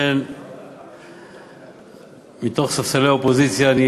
אכן מספסלי האופוזיציה אני